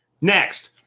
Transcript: Next